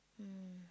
um